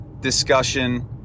discussion